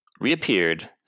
reappeared